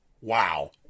wow